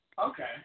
Okay